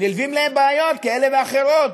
נלוות להם בעיות כאלה ואחרות.